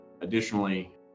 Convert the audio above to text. Additionally